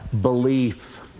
belief